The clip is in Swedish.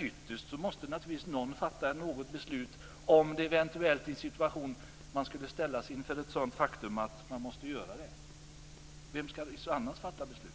Ytterst måste någon fatta ett beslut - om man ställs inför faktum att beslut måste fattas. Vem skall annars fatta beslut?